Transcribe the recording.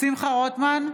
שמחה רוטמן,